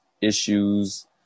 issues